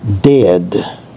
dead